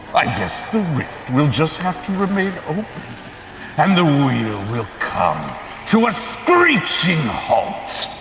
i guess the rift will just have to remain open and the wheel will come to a screeching halt.